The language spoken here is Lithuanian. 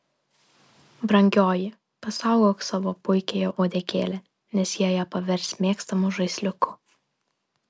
brangioji pasaugok savo puikiąją uodegėlę nes jie ją pavers mėgstamu žaisliuku